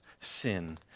sin